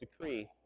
decree